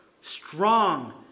strong